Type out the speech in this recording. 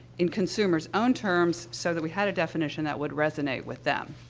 in consumers' own terms, so that we had a definition that would resonate with them.